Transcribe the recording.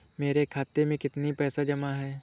मेरे खाता में कितनी पैसे जमा हैं?